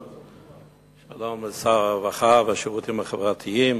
שלום לשר הרווחה והשירותים החברתיים,